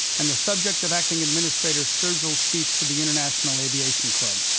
and the subject of acting administrator sturgell's speech to the international aviation club.